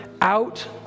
out